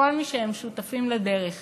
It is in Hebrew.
לכל מי שהם שותפים לדרך